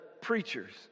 preachers